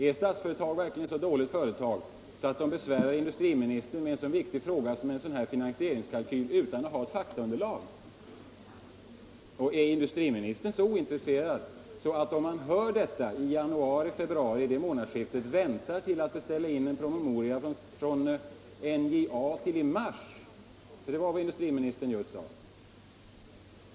Är Statsföretag verkligen ett så dåligt företag att det besvärar industriministern med en så viktig fråga som en finansieringskalkyl utan att ha faktaunderlag? Är industriministern så ointresserad att om han får höra om kostnadsökningar i månadsskiftet januari-februari väntar med att beställa in en promemoria från NJA till mars månad? Det var vad industriministern just sade.